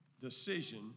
decision